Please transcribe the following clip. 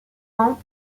ans